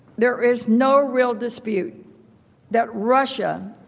there is no real dispute that russia,